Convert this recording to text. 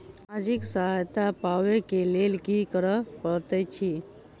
सामाजिक सहायता पाबै केँ लेल की करऽ पड़तै छी?